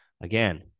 Again